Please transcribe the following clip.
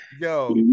yo